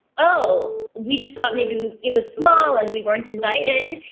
oh. we just thought maybe it was small, and we weren't invited.